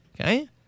Okay